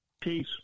peace